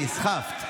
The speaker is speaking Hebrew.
נסחפת.